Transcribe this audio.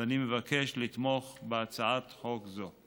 ואני מבקש לתמוך בהצעת החוק הזאת.